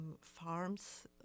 farms